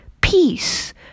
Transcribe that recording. peace